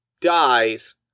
dies